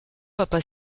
papa